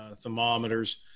thermometers